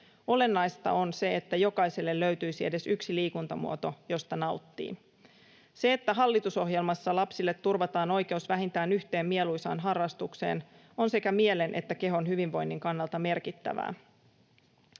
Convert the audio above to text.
Olennaista on se, että jokaiselle löytyisi edes yksi liikuntamuoto, josta nauttii. Se, että hallitusohjelmassa lapsille turvataan oikeus vähintään yhteen mieluisaan harrastukseen, on sekä mielen että kehon hyvinvoinnin kannalta merkittävää.